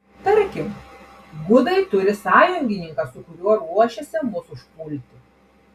tarkim gudai turi sąjungininką su kuriuo ruošiasi mus užpulti